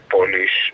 Polish